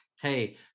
hey